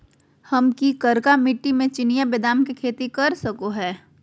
हम की करका मिट्टी में चिनिया बेदाम के खेती कर सको है?